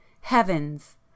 Heavens